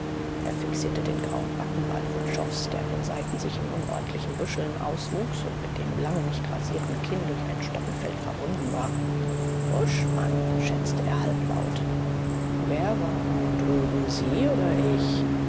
er fixierte den grauen backenbart wutschows der an den seiten sich in unordentlichen büscheln auswuchs und mit dem lange nicht rasierten kinn durch ein stoppelfeld verbunden war buschmann schätzte er halblaut wer war nun drüben sie oder ich